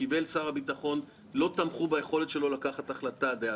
שקיבל שר הביטחון לא תמכו ביכולת שלו לקבל החלטה דאז.